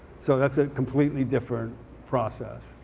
so that's a completely different process.